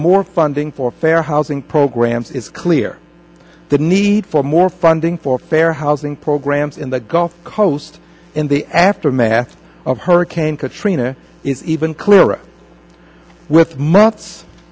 more funding for fair housing programs is clear the need for more funding for fair housing programs in the gulf coast in the aftermath of hurricane katrina is even clearer with months